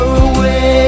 away